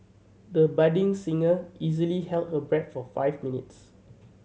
the budding singer easily held her breath for five minutes